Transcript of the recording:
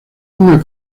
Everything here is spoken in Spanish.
una